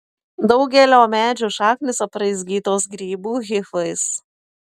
daugelio medžių šaknys apraizgytos grybų hifais